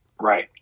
Right